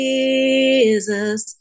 Jesus